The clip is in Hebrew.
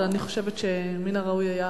אבל אני חושבת שמן הראוי היה